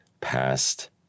past